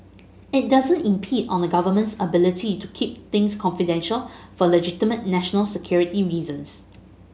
it doesn't impede on the Government's ability to keep things confidential for legitimate national security reasons